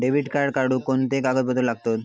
Debit card काढुक कोणते कागदपत्र लागतत?